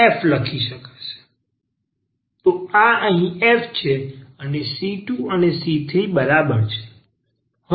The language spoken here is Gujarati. તો આ અહીં f છે અને c2 ની સાથે c3 બરાબર છે